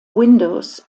windows